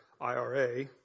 IRA